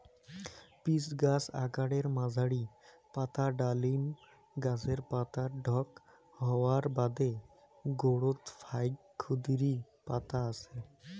pitch গছ আকারে মাঝারী, পাতা ডালিম গছের পাতার ঢক হওয়ার বাদে গোরোত ফাইক ক্ষুদিরী পাতা আছে